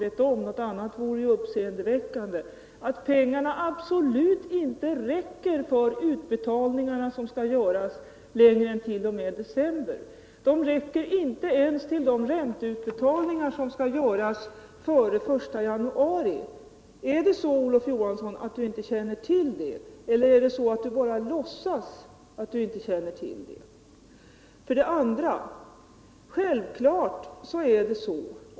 Verkligheten är ju att pengarna absolut inte räcker för de utbetalningar som skall göras längre än t.o.m. december. Jag utgår från att Olof Johansson vet om det, ty något annat vore ju uppseendeväckande. Pengarna räcker inte ens till de ränteutbetalningar som skall göras före den I januari. Är det så, Olof Johansson, att du inte känner till det eller låtsas du bara inte känna till det?